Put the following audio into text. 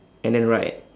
and then right